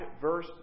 verse